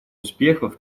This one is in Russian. успехов